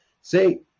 say